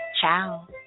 Ciao